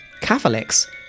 Catholics